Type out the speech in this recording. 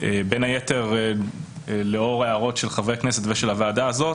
בין היתר לאור הערות של חברי כנסת ושל הוועדה הזאת,